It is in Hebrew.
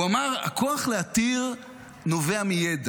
הוא אמר: הכוח להתיר נובע מידע.